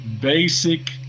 basic